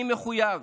אני מחויב